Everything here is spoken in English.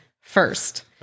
first